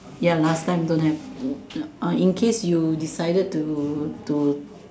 ya last time don't have in uh in case you decided to to